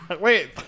Wait